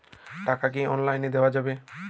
টাকা কি অনলাইনে দেওয়া যাবে?